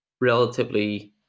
relatively